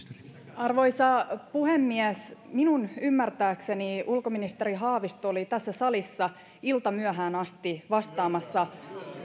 arvoisa puhemies minun ymmärtääkseni ulkoministeri haavisto oli tässä salissa iltamyöhään asti vastaamassa